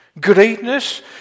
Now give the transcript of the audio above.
Greatness